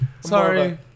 Sorry